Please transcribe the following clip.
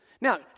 Now